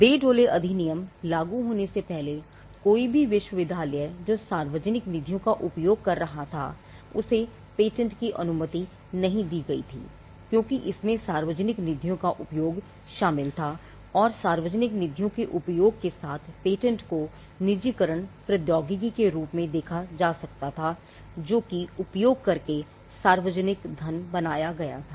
बे Dole अधिनियम लागू होने से पहले कोई भी विश्वविद्यालय जो सार्वजनिक निधियों का उपयोग कर रहा था उसे पेटेंट की अनुमति नहीं दी गई थी क्योंकि इसमें सार्वजनिक निधियों का उपयोग शामिल था और सार्वजनिक निधियों के उपयोग के साथ पेटेंट को निजीकरण प्रौद्योगिकी के रूप में देखा जा सकता था जो कि उपयोग करके सार्वजनिक धन बनाया गया था